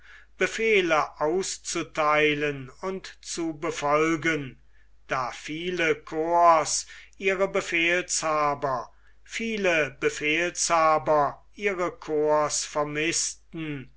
befehle auszutheilen und zu befolgen da viele corps ihre befehlshaber viele befehlshaber ihre corps vermißten